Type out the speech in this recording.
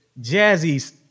Jazzy's